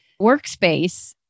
workspace